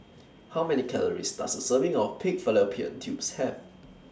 How Many Calories Does A Serving of Pig Fallopian Tubes Have